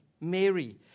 Mary